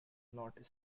not